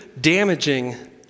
damaging